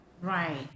right